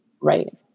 Right